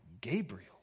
Gabriel